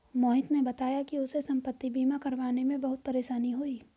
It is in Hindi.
मोहित ने बताया कि उसे संपति बीमा करवाने में बहुत परेशानी हुई